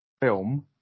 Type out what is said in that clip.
film